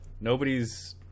Nobody's